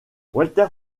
walter